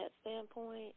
standpoint